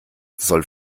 soll